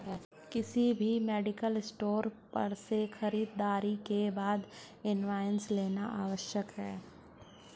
किसी भी medical store पर से खरीदारी के बाद इनवॉइस लेना आवश्यक है